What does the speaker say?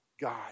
God